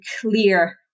clear